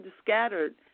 scattered